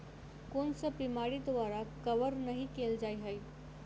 कुन सब बीमारि द्वारा कवर नहि केल जाय है?